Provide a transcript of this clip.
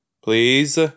please